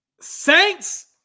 Saints